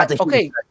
Okay